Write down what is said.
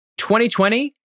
2020